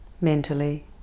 mentally